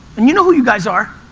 and you know who you guys are.